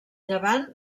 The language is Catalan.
llevant